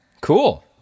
Cool